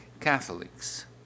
Catholics